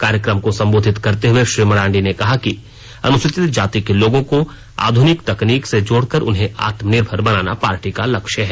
कार्यक्रम को सम्बोधित करते हए श्री मरांडी ने कहा कि अनुसूचित जाति के लोगों को आधुनिक तकनीक से जोड़कर उन्हें आत्मनिर्भर बनाना पार्टी का लक्ष्य है